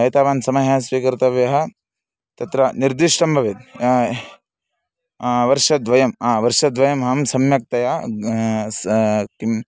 एतावान् समयः स्वीकर्तव्यः तत्र निर्दिष्टं भवेत् वर्षद्वयं वर्षद्वयम् अहं सम्यक्तया सा किम्